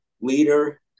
leader